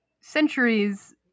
centuries